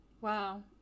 Wow